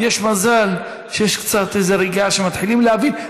מזל שיש קצת רגיעה, שמתחילים להבין.